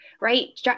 right